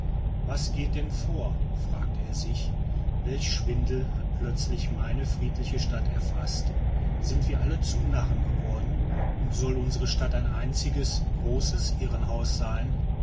was geht denn vor fragte er sich welch schwindel hat plötzlich meine friedliche stadt erfaßt sind wir alle zu narren geworden und soll unsere stadt ein einziges großes irrenhaus sein